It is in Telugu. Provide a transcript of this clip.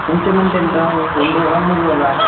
కొంచమంటే ఎంతా రెండు రోజలా మూడు రోజులా